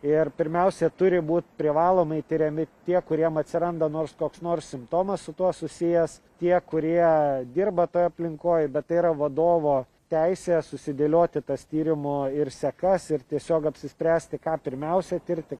ir pirmiausia turi būt privalomai tiriami tie kuriem atsiranda nors koks nors simptomas su tuo susijęs tie kurie dirba toj aplinkoj bet tai yra vadovo teisė susidėlioti tas tyrimo ir sekas ir tiesiog apsispręsti ką pirmiausia tirti